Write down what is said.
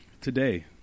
Today